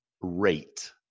rate